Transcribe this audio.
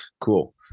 Cool